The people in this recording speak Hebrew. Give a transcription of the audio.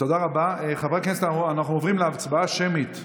חברי הכנסת, אנחנו עוברים להצבעה שמית.